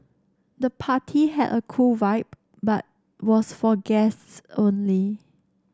the party had a cool vibe but was for guests only